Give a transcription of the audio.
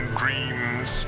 dreams